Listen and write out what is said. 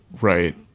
right